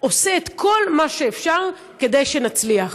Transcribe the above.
שעשה את כל מה שאפשר כדי שנוכל לעבוד.